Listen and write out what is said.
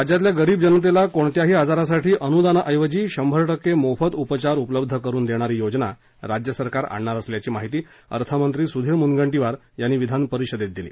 राज्यातल्या गरीब जनतेला कोणत्याही आजारासाठी अनुदानाऐवजी शंभर टक्के मोफत उपचार उपलब्ध करुन देणारी योजना राज्यसरकार आणणार असल्याची माहिती अर्थमंत्री सुधीर मुनगंटीवार यांनी विधानपरिषदेत दिली